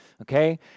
Okay